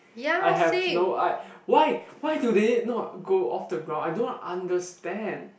I have no I why why do they not go off the ground I don't understand